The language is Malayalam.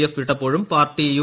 എഫ് വിട്ടപ്പോഴും പാർട്ടി യു